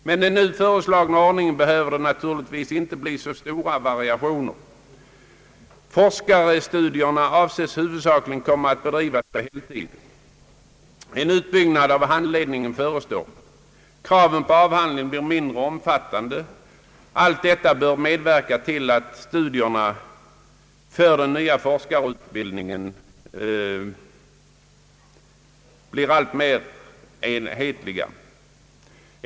Med den föreslagna ordningen behöver det naturligtvis inte bli så stora variationer. Forskarstudierna avses huvudsakligen komma att bedrivas på heltid. En utbyggnad av handledningen förestår och kraven på avhandlingen blir mindre omfattande. Allt detta bör medverka till att studietiderna för den nya forskarutbildningen blir mer enhetliga.